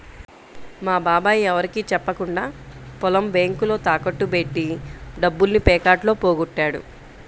మా బాబాయ్ ఎవరికీ చెప్పకుండా పొలం బ్యేంకులో తాకట్టు బెట్టి డబ్బుల్ని పేకాటలో పోగొట్టాడు